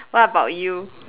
what about you